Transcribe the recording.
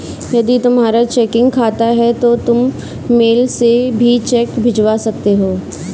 यदि तुम्हारा चेकिंग खाता है तो तुम मेल से भी चेक भिजवा सकते हो